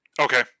Okay